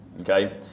okay